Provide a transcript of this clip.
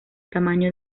tamaño